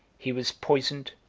he was poisoned,